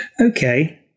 Okay